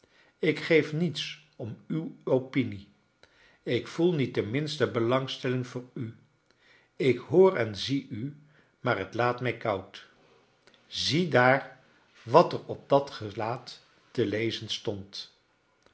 ik geef niets om uw opinie ik voel niet de minste belangstelling voor u ik hoor en zie u maar t laat mij koud ziedaar wat er op dat gelaat te iezen stond